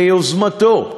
ביוזמתו,